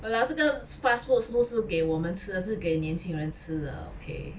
!walao! 这个 s~ fast food 是不是给我们吃是给年轻人吃的 okay